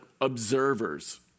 observers